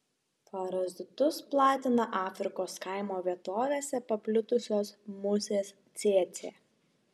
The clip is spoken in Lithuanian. parazitus platina afrikos kaimo vietovėse paplitusios musės cėcė